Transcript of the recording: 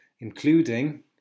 including